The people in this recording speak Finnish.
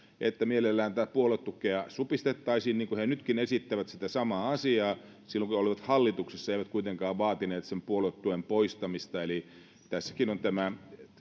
että mielellään tätä puoluetukea supistettaisiin niin kuin he nytkin esittävät sitä samaa asiaa silloin kun he olivat hallituksessa he eivät kuitenkaan vaatineet sen puoluetuen poistamista eli tässäkin on tämä